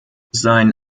sein